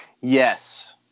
yes